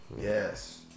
Yes